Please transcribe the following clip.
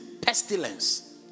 pestilence